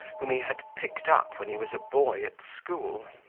whom he had picked up when he was a boy at school.